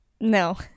No